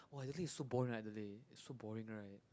oh Adelaide is so boring Adelaide is so boring right